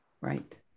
Right